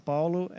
Paulo